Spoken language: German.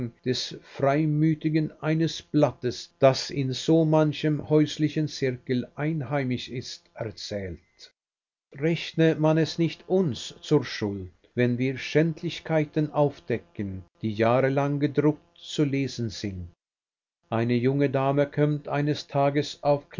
des freimütigen eines blattes das in so manchem häuslichen zirkel einheimisch ist erzählt rechne man es nicht uns zur schuld wenn wir schändlichkeiten aufdecken die jahrelang gedruckt zu lesen sind eine junge dame kömmt eines tages